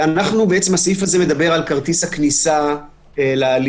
הסעיף הזה מדבר על כרטיס הכניסה להליך.